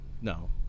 No